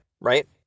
right